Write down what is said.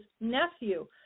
Nephew